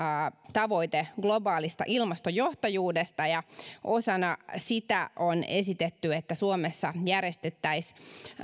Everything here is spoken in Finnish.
tavoite globaalista ilmastojohtajuudesta ja osana sitä on esitetty että suomessa järjestettäisiin